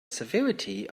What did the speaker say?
severity